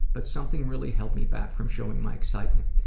but something really held me back from showing my excitement.